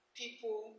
people